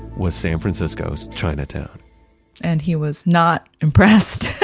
was san francisco's chinatown and he was not impressed